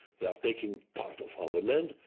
they are taking part of our land,